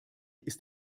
ist